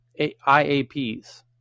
IAPs